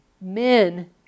men